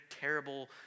terrible